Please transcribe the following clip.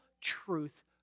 truth